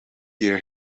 year